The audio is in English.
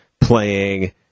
playing